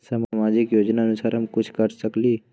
सामाजिक योजनानुसार हम कुछ कर सकील?